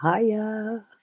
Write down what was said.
Hiya